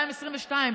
2022,